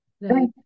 Right